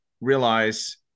realize